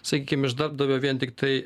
sakykim iš darbdavio vien tiktai